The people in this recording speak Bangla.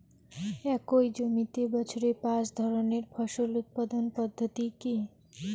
একই জমিতে বছরে পাঁচ ধরনের ফসল উৎপাদন পদ্ধতি কী?